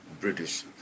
British